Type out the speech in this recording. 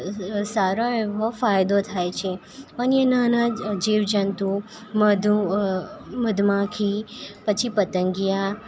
સારો એવો ફાયદો થાય છે અન્ય નાના જીવ જંતુઓ મધુ મધમાખી પછી પતંગિયા